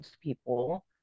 people